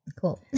cool